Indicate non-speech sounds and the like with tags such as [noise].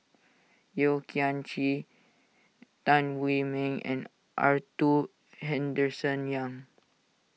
Yeo Kian Chye Tan [unintelligible] Meng and Arthur Henderson Young